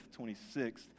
26th